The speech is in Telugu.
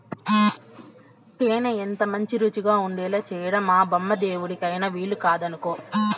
తేనె ఎంతమంచి రుచిగా ఉండేలా చేయడం ఆ బెమ్మదేవుడికైన వీలుకాదనుకో